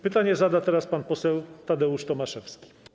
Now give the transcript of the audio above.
Pytanie zada teraz pan poseł Tadeusz Tomaszewski.